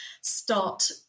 start